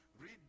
read